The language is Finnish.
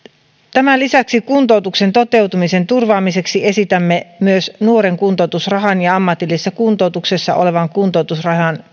tämän lisäksi kuntoutuksen toteutumisen turvaamiseksi esitämme myös nuoren kuntoutusrahan ja ammatillisessa kuntoutuksessa olevan kuntoutusrahan